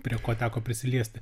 prie ko teko prisiliesti